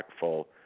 impactful